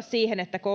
siihen, että koulutuksesta